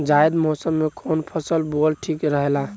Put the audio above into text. जायद मौसम में कउन फसल बोअल ठीक रहेला?